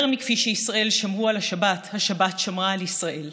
יותר מכפי שישראל שמרו על השבת השבת שמרה על ישראל,